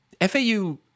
fau